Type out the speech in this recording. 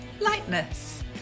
lightness